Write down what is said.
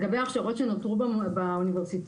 לגבי ההכשרות שנותרו באוניברסיטאות,